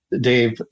dave